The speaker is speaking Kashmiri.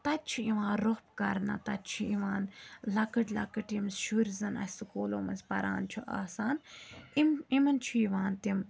تَتہِ چھِ یِوان روٚپھ کَرنہٕ تَتہِ چھِ یِوان لَکٕٹۍ لَکٕٹۍ یِم شُرۍ زَن اَسہِ سکوٗلو منٛز پَران چھُ آسان یِم یِمَن چھُ یِوان تِم